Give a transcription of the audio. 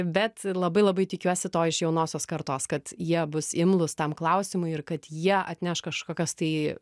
bet labai labai tikiuosi to iš jaunosios kartos kad jie bus imlūs tam klausimui ir kad jie atneš kažkokios tai